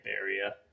area